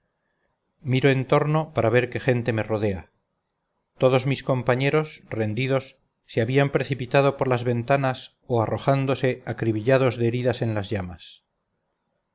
miro en torno para ver qué gente me rodea todos mis compañeros rendidos se habían precipitado por las ventanas o arrojándose acribillados de heridas en las llamas